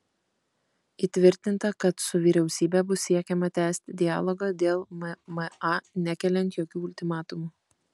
įtvirtinta kad su vyriausybe bus siekiama tęsti dialogą dėl mma nekeliant jokių ultimatumų